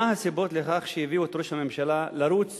מה הסיבות שהביאו את ראש הממשלה לרוץ